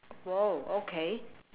!wow! okay